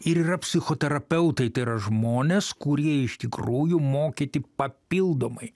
ir psichoterapeutai tai yra žmonės kurie iš tikrųjų mokyti papildomai